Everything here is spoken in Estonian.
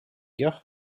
jah